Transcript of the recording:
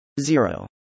Zero